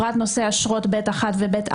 פרט לנושאי אשרות ב1 ו-ב4,